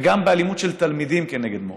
וגם באלימות של תלמידים כנגד מורים.